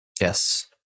Yes